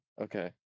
okay